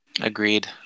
Agreed